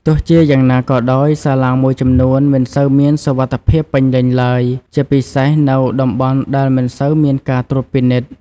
ទោះជាយ៉ាងណាក៏ដោយ សាឡាងមួយចំនួនមិនសូវមានសុវត្ថិភាពពេញលេញឡើយ ជាពិសេសនៅតំបន់ដែលមិនសូវមានការត្រួតពិនិត្យ។